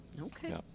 Okay